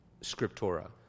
scriptura